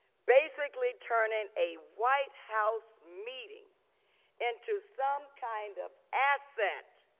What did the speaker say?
basically turning a white house meeting into some kind of asset,